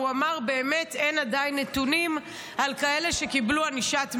הוא אמר: באמת אין עדיין נתונים על כאלה שקיבלו ענישת מינימום.